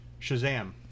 Shazam